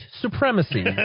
supremacy